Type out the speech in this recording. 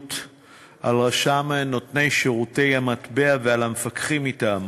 על רשם נותני שירותי המטבע ועל המפקחים מטעמו.